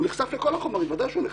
הוא נחשף לכל החומרים, ודאי שהוא נחשף.